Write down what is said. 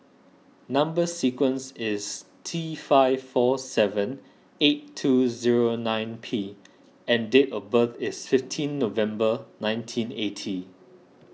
Number Sequence is T five four seven eight two zero nine P and date of birth is fifteen November nineteen eighty